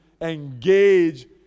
engage